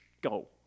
go